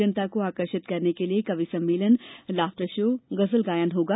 जनता को आकर्षिक करने के लिए कवि सम्मेलन लॉफ्टर शो गजल गायन होगा